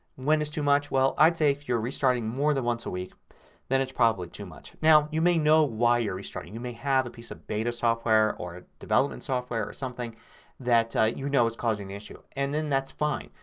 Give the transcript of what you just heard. when is too much? well, i'd say if you're restarting more than once a week then it's probably too much. now you may know whey you're restarting. you may have a piece beta software or development software or something that you know is causing the issue. and then that's fine.